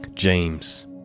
James